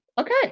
Okay